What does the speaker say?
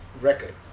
record